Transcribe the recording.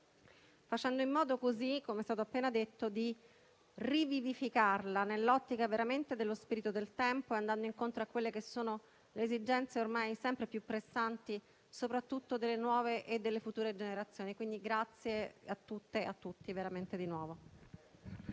facendo in modo così - come è stato appena detto - di rivivificarla nell'ottica veramente dello spirito del tempo e andando incontro alle esigenze ormai sempre più pressanti soprattutto delle future generazioni. Grazie davvero a tutte e a tutti di nuovo.